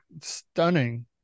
stunning